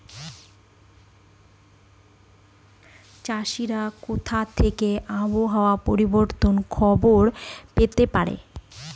চাষিরা কোথা থেকে আবহাওয়া পরিবর্তনের খবর পেতে পারে?